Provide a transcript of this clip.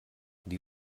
die